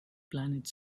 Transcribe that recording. planet